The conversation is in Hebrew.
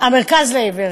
"המרכז לעיוור".